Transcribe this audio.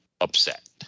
upset